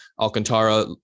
Alcantara